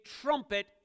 trumpet